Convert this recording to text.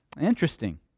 Interesting